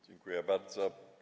Dziękuję bardzo.